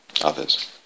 others